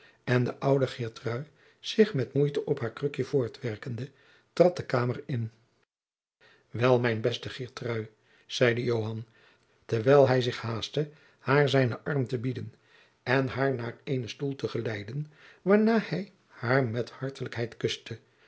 en de oude geertrui zich met moeite op haar krukje voortwerkende trad de kamer in wel mijn beste geertrui zeide joan terwijl hij zich haastte haar zijnen arm te bieden en haar naar eenen stoel te geleiden waarna hij haar met hartelijkheid kuste